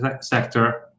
sector